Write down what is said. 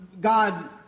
God